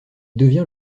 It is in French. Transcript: devient